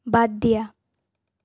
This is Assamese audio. বাদ দিয়া